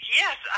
yes